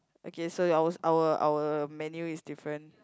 okay so your our our menu is different